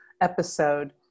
episode